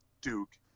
Duke